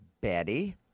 Betty